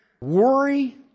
worry